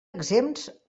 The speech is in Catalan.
exempts